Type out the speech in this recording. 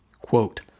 Quote